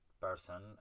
person